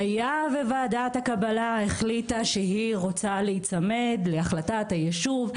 היה וועדת הקבלה החליטה שהיא רוצה להיצמד להחלטת היישוב,